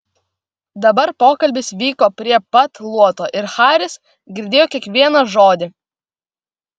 dabar pokalbis vyko prie pat luoto ir haris girdėjo kiekvieną žodį